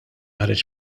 ħareġ